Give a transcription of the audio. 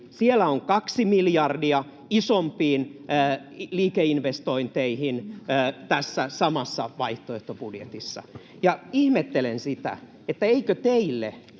Siellä on kaksi miljardia isompiin liikenneinvestointeihin, tässä samassa vaihtoehtobudjetissa. Ihmettelen sitä, eikö teille